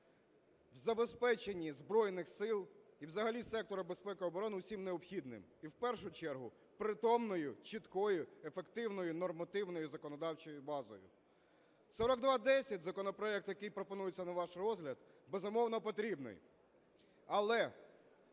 в забезпеченні Збройних Сил і взагалі сектору безпеки і оборони всім необхідним, і в першу чергу притомною, чіткою, ефективною нормативною законодавчою базою. 4210 – законопроект, який пропонується на ваш розгляд, безумовно, потрібний, але